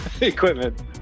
equipment